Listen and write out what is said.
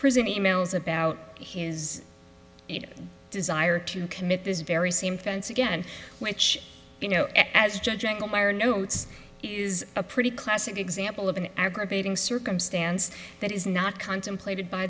prison e mails about his desire to commit this very same fence again which you know as judging the buyer notes is a pretty classic example of an aggravating circumstance that is not contemplated by